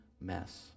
mess